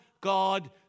God